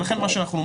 ולכן אנחנו אומרים,